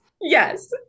Yes